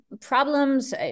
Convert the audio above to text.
problems